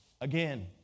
again